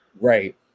right